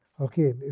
Okay